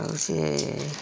ଆଉ ସେ